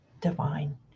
divine